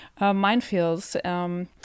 minefields